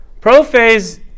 Prophase